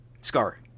Scar